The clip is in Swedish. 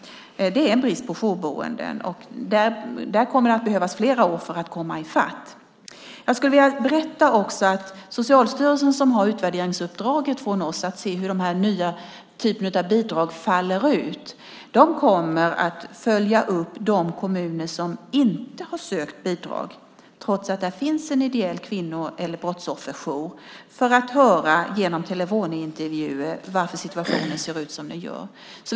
Det är brist på jourboenden. Där kommer det att behövas flera år för att komma i fatt. Socialstyrelsen, som har utvärderingsuppdraget från oss att se hur den nya typen av bidrag faller ut, kommer att följa upp de kommuner som inte har sökt bidrag, trots att det finns en ideell kvinno eller brottsofferjour, för att genom telefonintervjuer höra varför situationen ser ut som den gör.